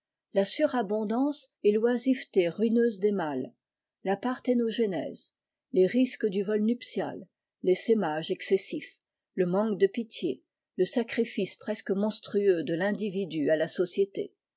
la surabondance et l'oisiveté ruineuses des mâles la parthénogenèse les risques du vol nuptial l'essaimage excessif le manque de pitié le sacrifice prese monstrueux de l'individu à la société